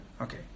Okay